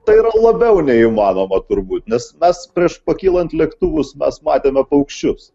tai yra labiau neįmanoma turbūt nes mes prieš pakylant lėktuvus mes matėme paukščius